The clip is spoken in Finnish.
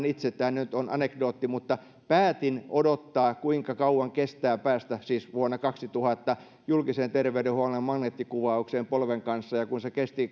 itse tämä nyt on anekdootti päätin odottaa kuinka kauan kestää päästä siis vuonna kaksituhatta julkisen terveydenhuollon magneettikuvaukseen polven kanssa ja kun se kesti